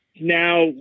Now